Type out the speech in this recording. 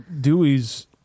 Dewey's